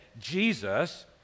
Jesus